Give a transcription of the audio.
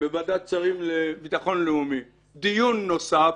בוועדת שרים לביטחון לאומי דיון נוסף,